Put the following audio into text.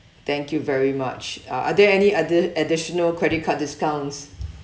thank you very much uh are there any other addi~ additional credit card discounts